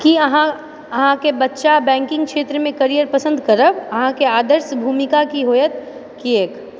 की अहाँ अहाँकेँ बच्चा बैंकिंग क्षेत्रमे कैरियर पसन्द करत अहाँकेँ आदर्श भूमिका की होएत किएक